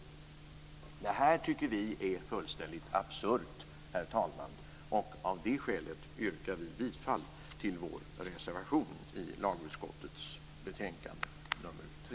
Det här tycker vi är fullständigt absurt, herr talman, och av det skälet yrkar vi bifall till vår reservation i lagutskottets betänkande nr 3.